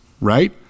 right